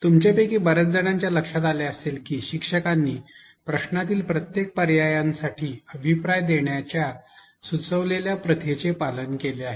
तुमच्यापैकी बर्याच जणांच्या लक्षात आले असेल की शिक्षकांनी प्रश्नातील प्रत्येक पर्यायांसाठी अभिप्राय देण्याच्या सूचवलेल्या प्रथेचे पालन केले आहे